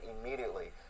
immediately